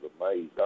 amazed